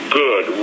good